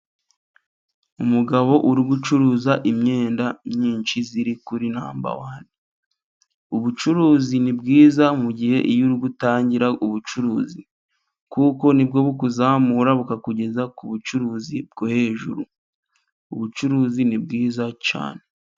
Umugabo uri gucuruza imyenda myinshi iri kuri namba wani ,ubucuruzi nibwiza mugihe iyo uri gutangira ubucuruzi, kuko nibwo bukuzamura bukakugeza ku bucuruzi bwo hejuru, ubucuruzi ni bwiza cyane.